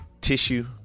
Tissue